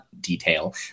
Detail